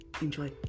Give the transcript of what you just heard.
Enjoy